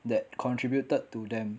that contributed to them